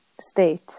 state